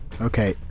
Okay